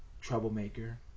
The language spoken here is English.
troublemaker